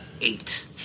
Eight